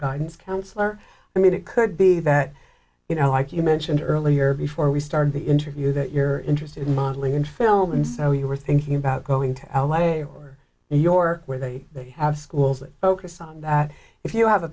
guidance counselor i mean it could be that you know like you mentioned earlier before we started the interview that you're interested in modeling in film and so you were thinking about going to l a or new york where they have schools that focus on that if you have a